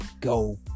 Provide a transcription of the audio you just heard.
go